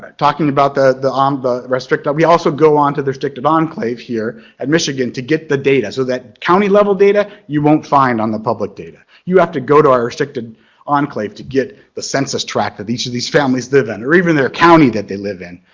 talking about the the um restricted. we also go on to the restricted enclave here at michigan to get the data so that county level data, you won't find on the public data, you have to go to our restricted enclave to get the census tract that each of these families live in or even their county that they live in.